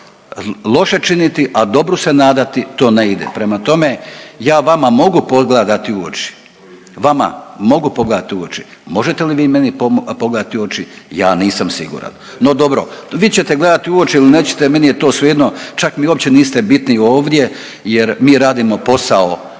Loše činiti, a dobru se nadati to ne ide. Prema tome, ja vama mogu pogledati u oči, vama mogu pogledati u oči, možete li vi meni pogledati u oči ja nisam siguran. No, dobro vi ćete gledati u oči ili nećete meni je to svejedno čak mi uopće niste bitni ovdje jer mi radimo posao,